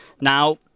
Now